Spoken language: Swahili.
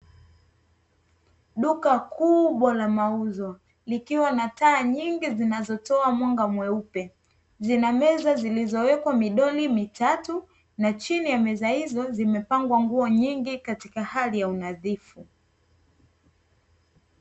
Duka kubwa la mauzo likiwa na taa nyingi zinazotoa mwanga mweupe, zina meza zilizowekwa midoli mitatu na chini ya meza hizo zimepangwa nguo nyingi katika hali ya unadhifu.